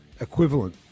equivalent